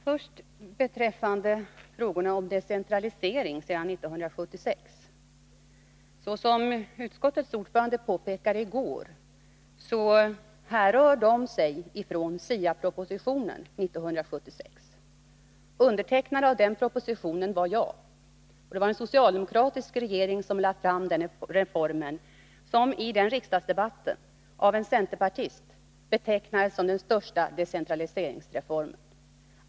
Fru talman! Först beträffande frågorna om decentraliseringen sedan 1976. Såsom utskottets ordförande påpekade i går härrör de från SIA-propositionen 1976. Undertecknare av den propositionen var jag. Det var en socialdemokratisk regering som lade fram propositionen om den reformen, som i den riksdagsdebatten av en centerpartist betecknades som den största decentraliseringsreformen.